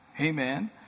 amen